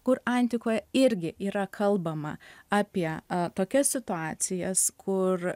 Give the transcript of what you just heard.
kur antikoje irgi yra kalbama apie tokias situacijas kur